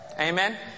Amen